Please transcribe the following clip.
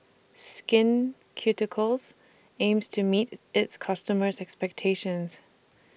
Skin Ceuticals aims to meet its customers' expectations